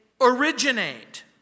originate